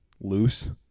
loose